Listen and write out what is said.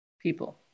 people